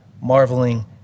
marveling